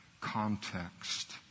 context